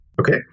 Okay